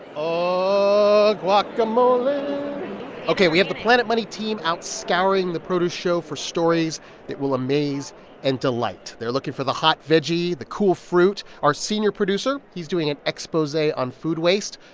oh, guacamole ok. we have the planet money team out scouring the produce show for stories that will amaze and delight. they're looking for the hot veggie, the cool fruit. our senior producer he's doing an expose on food waste.